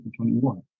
2021